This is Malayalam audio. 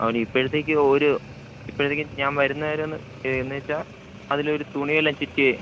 അവനീ ഇപ്പോഴത്തേക്ക് ഒരു ഇപ്പോഴത്തേക്ക് ഞാന് വരുന്നതു വരെ ഒന്ന് എന്നു വച്ചാല് അതില് ഒരു തുണിയെല്ലാം ചുറ്റി